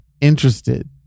interested